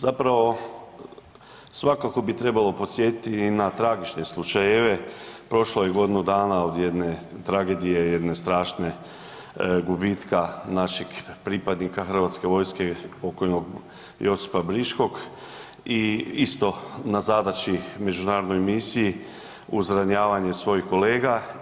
Zapravo svakako bi trebalo podsjetiti i na tragične slučajeve, prošlo je godinu dana od jedne tragedije, jedne strašnog gubitka našeg pripadnika hrvatske vojske pokojnog Josipa Briškog i isto na zadaći u međunarodnoj misiji uz ranjavanje svojih kolega.